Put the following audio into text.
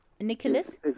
Nicholas